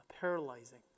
paralyzing